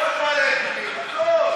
בנט, לא רק מעלה-אדומים, הכול.